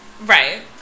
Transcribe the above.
Right